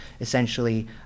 essentially